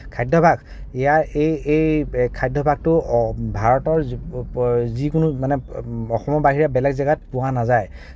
খাদ্যাভাস ইয়াৰ এই এই খাদ্যাভাসটো ভাৰতৰ যিকোনো মানে অসমৰ বাহিৰে বেলেগ জাগাত পোৱা নাযায়